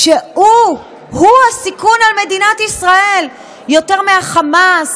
שהוא-הוא סיכון למדינת ישראל יותר מהחמאס,